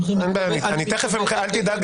אל תדאג,